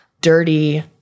dirty